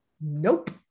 Nope